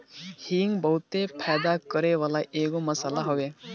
हिंग बहुते फायदा करेवाला एगो मसाला हवे